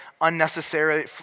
unnecessary